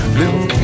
little